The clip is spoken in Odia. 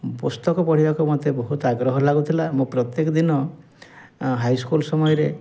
ପୁସ୍ତକ ପଢ଼ିବାକୁ ମୋତେ ବହୁତ ଆଗ୍ରହ ଲାଗୁଥିଲା ମୁଁ ପ୍ରତ୍ୟେକ ଦିନ ହାଇସ୍କୁଲ୍ ସମୟରେ